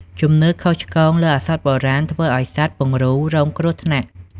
ជំនឿខុសឆ្គងលើឱសថបុរាណធ្វើឱ្យសត្វ ពង្រូល រងគ្រោះថ្នាក់។